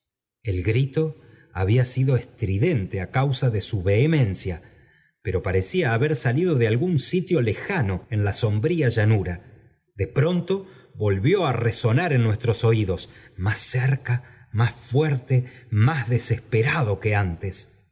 jm grito había sido estridente á causa dp su vp hemencia pero parecía haber salido de algún sitio lejano en i a sombría llanura de prontovoc á resonar en nuestros oídos más cerca más w te más desesperado que antes